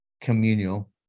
communal